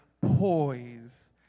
poise